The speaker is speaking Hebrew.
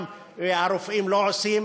גם הרופאים לא עושים.